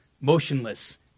motionless